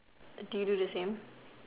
do you do the same